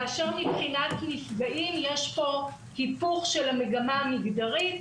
כאשר מבחינת נפגעים יש פה היפוך של המגמה המגדרית.